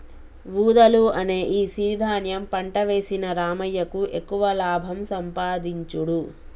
వూదలు అనే ఈ సిరి ధాన్యం పంట వేసిన రామయ్యకు ఎక్కువ లాభం సంపాదించుడు